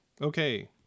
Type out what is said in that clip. okay